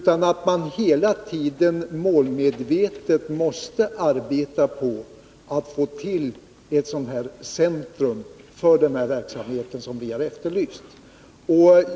Man måste hela tiden målmedvetet arbeta på att få till stånd ett sådant centrum för verksamheten som vi har efterlyst.